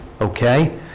Okay